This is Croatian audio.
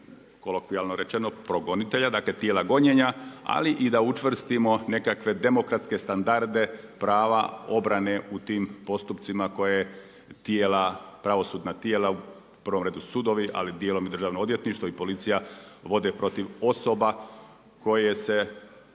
kolokvijalno rečeno progonitelja, dakle tijela gonjenja ali i da učvrstimo nekakve demokratske standarde prava, obrane u tim postupcima koje tijela, pravosudna u prvom redu sudovi ali dijelom i državno odvjetništvo i policija vode protiv osoba koje se